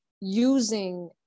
using